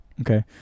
okay